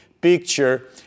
picture